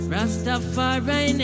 Rastafari